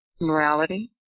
Morality